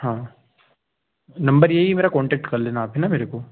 हाँ नम्बर यही है मेरा कॉन्टैक्ट कर लेना आप है ना मेरे को